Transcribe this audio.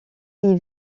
ils